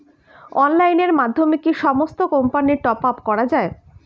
অনলাইনের মাধ্যমে কি সমস্ত কোম্পানির টপ আপ করা যায়?